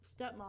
Stepmom